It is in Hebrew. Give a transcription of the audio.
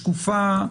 שקופה,